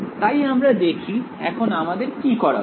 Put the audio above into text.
তাই আমরা দেখি এখন আমাদের কি করা উচিত